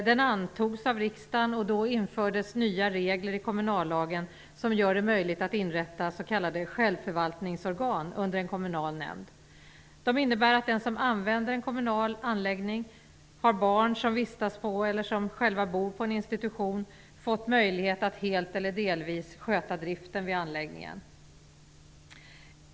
Den antogs av riksdagen, och då infördes nya regler i kommunallagen som gör det möjligt att inrätta s.k. självförvaltningsorgan under en kommunal nämnd. De innebär att den som använder en kommunal anläggning, har barn som vistas på eller som själva bor på en institution fått möjlighet att helt eller delvis sköta driften vid anläggningen.